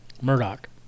Murdoch